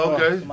Okay